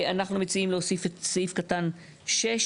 אנחנו מציעים להוסיף את סעיף קטן (6)